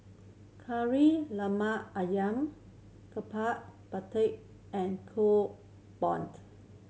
Kari Lemak Ayam and bom